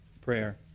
prayer